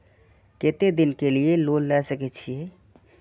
केते दिन के लिए लोन ले सके छिए?